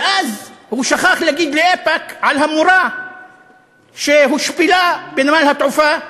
ואז הוא שכח להגיד לאיפא"ק על המורה שהושפלה בנמל התעופה באילת,